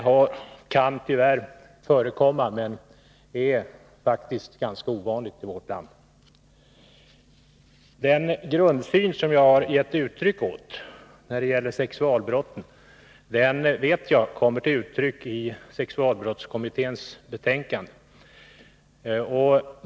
Sådant kan tyvärr förekomma men är faktiskt ganska ovanligt i vårt land. Den grundsyn som jag har gett uttryck åt när det gäller sexualbrotten vet jag kommer till uttryck i sexualbrottskommitténs betänkande.